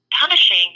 punishing